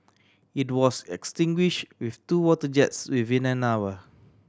it was extinguish with two water jets within an hour